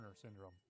syndrome